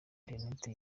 interineti